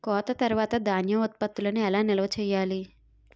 కోత తర్వాత ధాన్యం ఉత్పత్తులను ఎలా నిల్వ చేయాలి?